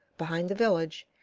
behind the village,